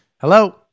Hello